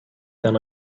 then